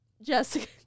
Jessica